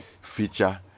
feature